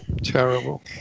Terrible